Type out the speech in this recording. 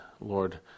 Lord